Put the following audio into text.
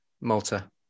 Malta